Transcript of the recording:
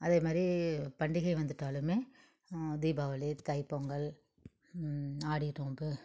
அதேமாதிரி பண்டிகை வந்துட்டாலுமே தீபாவளி தை பொங்கல் ஆடி நோம்பு